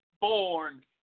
born